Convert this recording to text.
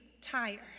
tired